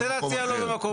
הוא רוצה להציע לו במקום אחר.